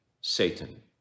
Satan